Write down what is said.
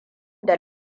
da